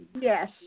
Yes